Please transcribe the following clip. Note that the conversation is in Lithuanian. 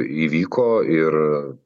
įvyko ir